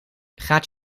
gaat